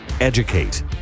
educate